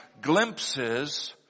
glimpses